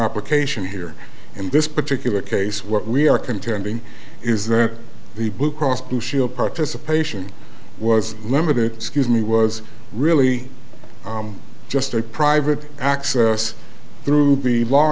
in here in this particular case what we are contending is that the blue cross blue shield participation was limited excuse me was really just a private access through be law